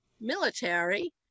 military